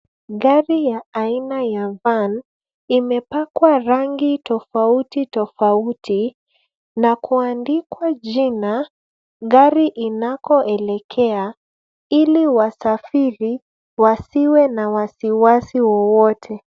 Gari ya aina ya van imepakwa rangi tofauti tofauti na kuandikwa jina gari inako elekea ili wasafiri wasiwe na wasi wasi wowote.